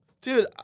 Dude